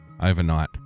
overnight